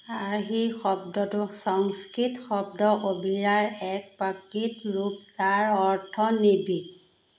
আৰ্হি শব্দটো সংস্কৃত শব্দ অভিৰাৰ এক প্ৰাকৃত ৰূপ যাৰ অৰ্থ নিৰ্ভীক